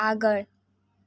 આગળ